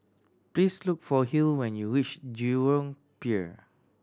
please look for Hill when you reach Jurong Pier